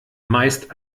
meist